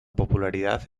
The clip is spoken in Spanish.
popularidad